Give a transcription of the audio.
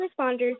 responders